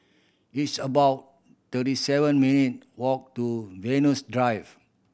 it's about thirty seven minute walk to Venus Drive